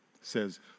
Says